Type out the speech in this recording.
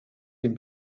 den